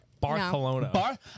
Barcelona